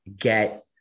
get